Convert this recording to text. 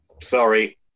Sorry